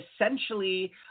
essentially